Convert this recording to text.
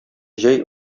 җәй